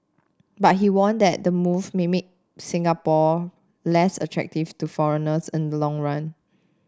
but he warned that the move may make Singapore less attractive to foreigners in the long run